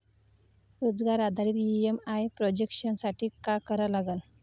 रोजगार आधारित EMI projection साठी का करा लागन?